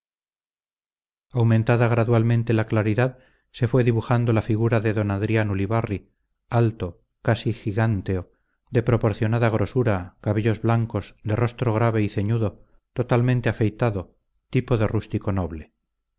aumentada gradualmente la claridad se fue dibujando la figura de don adrián ulibarri alto casi giganteo de proporcionada grosura cabellos blancos de rostro grave y ceñudo totalmente afeitado tipo de rústico noble